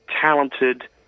talented